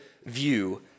view